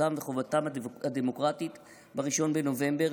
זכותם וחובתם הדמוקרטית ב-1 בנובמבר,